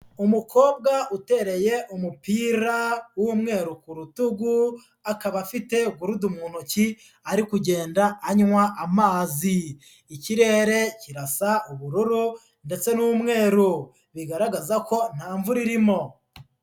Umukobwa utereye umupira w'umweru ku rutugu, akaba afite gurudu mu ntoki ari kugenda anywa amazi, ikirere kirasa ubururu ndetse n'umweru bigaragaza ko nta mvura irimo.